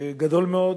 גדול מאוד.